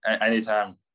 anytime